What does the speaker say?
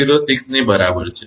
8006 ની બરાબર છે